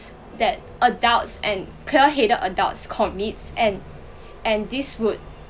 that adults and clear headed adults commits and and this would